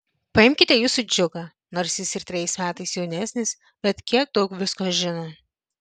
paimkite jūsų džiugą nors jis ir trejais metais jaunesnis bet kiek daug visko žino